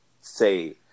say